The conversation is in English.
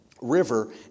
River